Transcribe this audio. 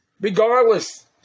regardless